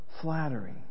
flattery